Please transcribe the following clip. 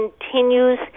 continues